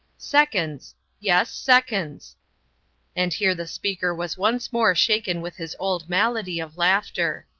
seconds yes, seconds and here the speaker was once more shaken with his old malady of laughter.